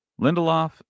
Lindelof